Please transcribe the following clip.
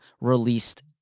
released